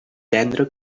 tendre